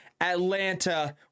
atlanta